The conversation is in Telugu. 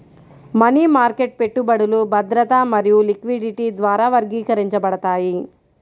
మనీ మార్కెట్ పెట్టుబడులు భద్రత మరియు లిక్విడిటీ ద్వారా వర్గీకరించబడతాయి